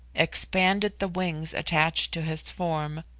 expanded the wings attached to his form,